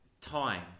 time